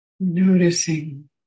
Noticing